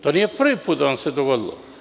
To nije prvi put da vam se dogodilo.